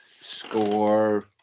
Score